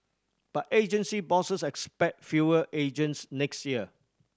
but agency bosses expect fewer agents next year